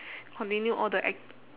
continue all the act~